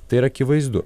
tai yra akivaizdu